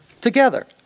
together